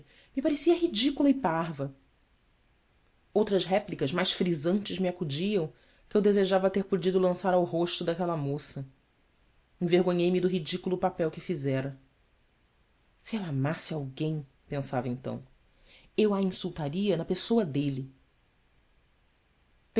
me parecia ridícula e parva outras réplicas mais frisantes me acudiam que eu desejava ter podido lançar ao rosto daquela moça envergonhei me do ridículo papel que fizera e ela amasse alguém pensava então eu a insultaria na pessoa dele